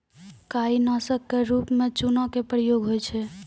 काई नासक क रूप म चूना के प्रयोग होय छै